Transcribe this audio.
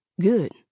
good